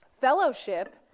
fellowship